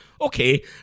okay